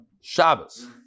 Shabbos